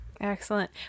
Excellent